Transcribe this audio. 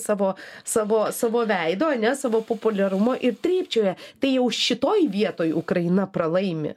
savo savo savo veido ane savo populiarumo ir trypčioja tai jau šitoj vietoj ukraina pralaimi